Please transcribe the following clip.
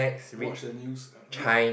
watch the news read